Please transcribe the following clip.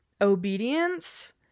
obedience